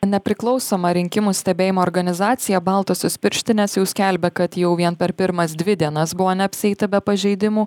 nepriklausoma rinkimų stebėjimo organizacija baltosios pirštinės jau skelbė kad jau vien per pirmas dvi dienas buvo neapsieita be pažeidimų